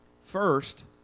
First